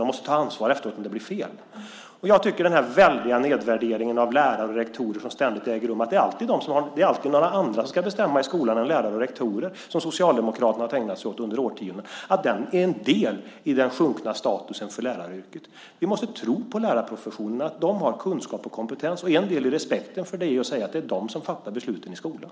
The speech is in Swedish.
De måste ta ansvaret om det blir fel. Jag tycker att den väldiga nedvärdering av lärare och rektorer som ständigt äger rum - det är alltid några andra som ska bestämma i skolan än lärare och rektorer - som Socialdemokraterna ägnat sig åt under årtionden är en del i den sjunkna statusen för läraryrket. Vi måste tro på lärarprofessionen. Lärarna har kunskap och kompetens. En del av respekten för det är att säga att det är de som ska fatta besluten i skolan.